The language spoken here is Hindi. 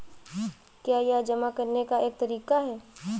क्या यह जमा करने का एक तरीका है?